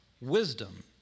wisdom